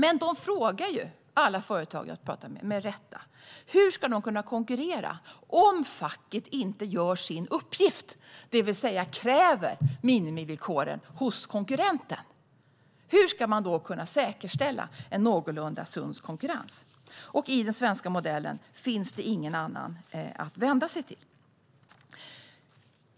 Alla företag jag pratar med frågar dock, med rätta, hur de ska kunna konkurrera om facket inte gör sin uppgift, det vill säga kräver minimivillkoren hos konkurrenten. Hur ska man då kunna säkerställa en någorlunda sund konkurrens? I den svenska modellen finns det ingen annan att vända sig till.